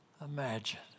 imagine